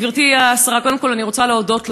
גברתי השרה, קודם כול, אני רוצה להודות לך.